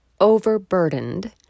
overburdened